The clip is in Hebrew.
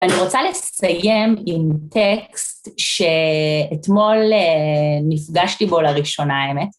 אני רוצה לסיים עם טקסט שאתמול נפגשתי בו לראשונה, האמת.